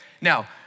Now